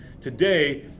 today